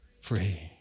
Free